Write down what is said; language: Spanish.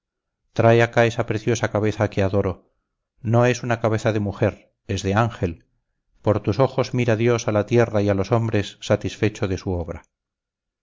trae acá esa preciosa cabeza que adoro no es una cabeza de mujer es de ángel por tus ojos mira dios a la tierra y a los hombres satisfecho de su obra